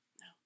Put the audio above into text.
No